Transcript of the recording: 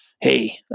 Hey